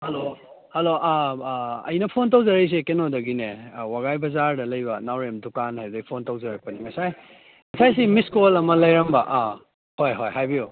hello hello ꯑꯥ ꯑꯩꯅ phone ꯇꯧꯖꯔꯛꯏꯁꯦ ꯀꯩꯅꯣꯗꯒꯤꯅꯦ ꯋꯥꯒꯥꯏ ꯕꯖꯥꯔꯗ ꯂꯩꯕ ꯅꯥꯎꯔꯦꯝ ꯗꯨꯀꯥꯟ ꯍꯥꯏꯗꯨꯗꯩ ꯐꯣꯟ ꯇꯧꯖꯔꯛꯄꯅꯤ ꯉꯁꯥꯏ ꯉꯁꯥꯏꯁꯤ ꯃꯤꯁ ꯀꯣꯜ ꯑꯃ ꯂꯩꯔꯝꯕ ꯑꯥ ꯍꯣꯏ ꯍꯣꯏ ꯍꯥꯏꯕꯤꯌꯨ